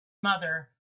mother